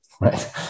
right